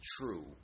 true